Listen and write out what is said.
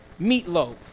meatloaf